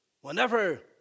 Whenever